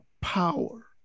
power